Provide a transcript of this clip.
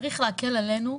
צריך להקל עלינו,